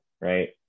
right